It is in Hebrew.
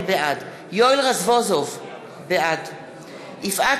לפי הדין